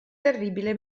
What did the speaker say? terribile